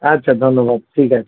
আচ্ছা ধন্যবাদ ঠিক আছে